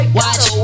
watch